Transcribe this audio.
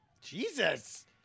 jesus